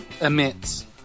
emits